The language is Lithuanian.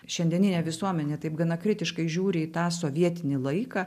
šiandieninė visuomenė taip gana kritiškai žiūri į tą sovietinį laiką